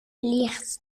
ligt